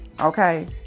Okay